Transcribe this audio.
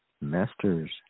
masters